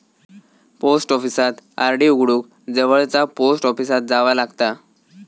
post ऑफिसात RD उघडूक जवळचा पोस्ट ऑफिसात जावा लागता